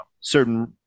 certain